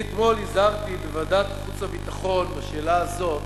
אני אתמול הזהרתי בוועדת החוץ והביטחון בשאלה הזאת,